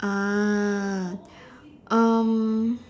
ah um